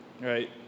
right